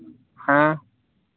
हाँ